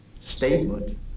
statement